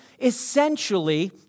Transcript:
essentially